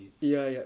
ya ya